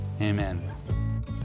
Amen